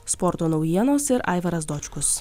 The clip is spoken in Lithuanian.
sporto naujienos ir aivaras dočkus